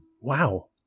Wow